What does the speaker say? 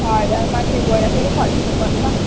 हजुर माथि गएर फेरि फर्किनु पर्छ